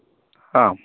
അ